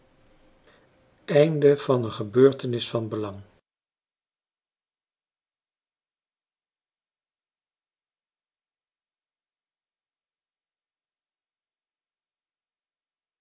een gebeurtenis van belang